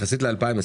יחסית ל-2021.